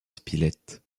spilett